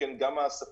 שכן גם הספקים,